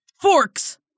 Forks